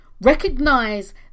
recognize